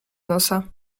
nosa